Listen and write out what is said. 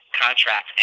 contract